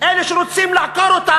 אלה שרוצים לעקור אותם.